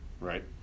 right